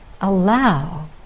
allow